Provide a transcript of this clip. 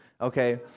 Okay